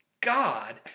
God